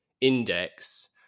Index